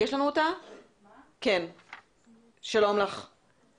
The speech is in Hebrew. התנועה לטוהר המידות.